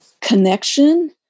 connection